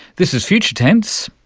this is future tense,